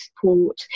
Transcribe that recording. support